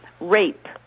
rape